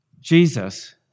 Jesus